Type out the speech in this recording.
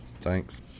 Thanks